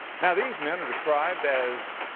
now these men are described as